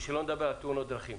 ושלא נדבר על תאונות דרכים.